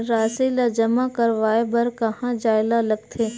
राशि ला जमा करवाय बर कहां जाए ला लगथे